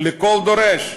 לכל דורש.